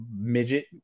midget